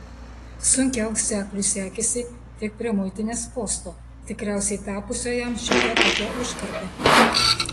sunkiau sekliui sekėsi tik prie muitinės posto tikriausiai tapusio jam šiokia tokia užkarda